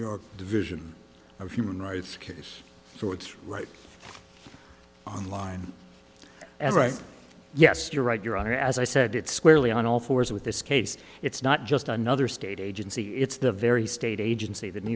york division of human rights case so it's right on line and right yes you're right your honor as i said it's squarely on all fours with this case it's not just another state agency it's the very state agency the new